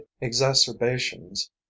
exacerbations